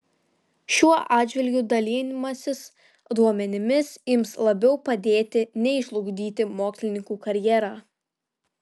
šiuo atžvilgiu dalijimasis duomenimis ims labiau padėti nei žlugdyti mokslininkų karjerą